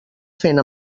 fent